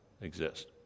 exist